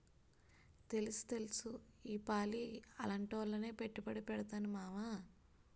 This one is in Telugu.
తెలుస్తెలుసు ఈపాలి అలాటాట్లోనే పెట్టుబడి పెడతాను మావా